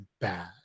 bad